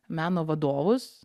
meno vadovus